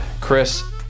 Chris